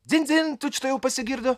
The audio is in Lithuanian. dzin dzin tučtuojau pasigirdo